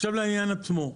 עכשיו לעניין עצמו.